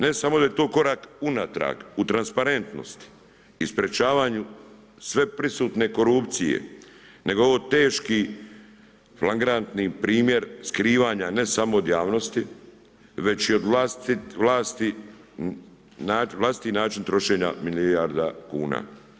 Ne samo da je to korak unatrag u transparentnosti i sprječavanju sve prisutne korupcije nego je ovo teški flagrantni primjer skrivanja ne samo od javnosti već i na vlastiti način trošenja milijarda kuna.